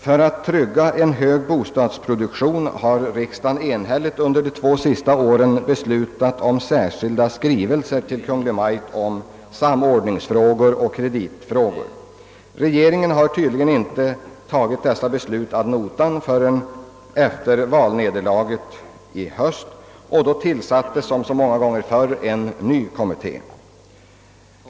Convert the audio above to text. För att trygga en hög bostadsproduktion har riksdagen enhälligt under de två senaste åren besiutat om särskilda skrivelser till Kungl. Maj:t rörande samordningsfrågor och kreditfrågor. Regeringen har tydligen inte tagit dessa beslut ad notam förrän efter valnederlaget i höstas. Då tillsattes — som så många gånger förr — en ny kommitté.